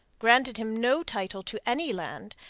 granted him no title to any land,